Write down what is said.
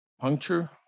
puncture